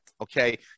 okay